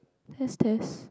let's test